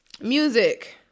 Music